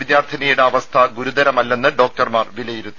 വിദ്യാർത്ഥിനിയുടെ അവസ്ഥ ഗുരുതരമല്ലെന്ന് ഡോക്ടർമാർ വിലയിരുത്തി